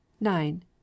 nine